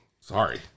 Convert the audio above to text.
Sorry